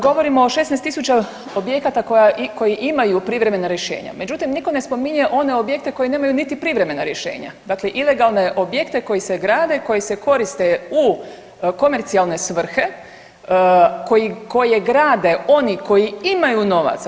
Govorimo o 16.000 objekata koji imaju privremena rješenja, međutim niko ne spominje one objekte koji nemaju niti privremena rješenja, dakle ilegalne objekte koji se grade, koji se koriste u komercijalne svrhe koje grade oni koji imaju novaca.